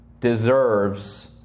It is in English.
deserves